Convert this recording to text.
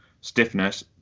stiffness